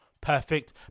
perfect